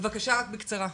בבקשה, בקצרה.